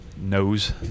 knows